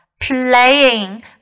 Playing